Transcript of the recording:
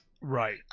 Right